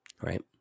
Right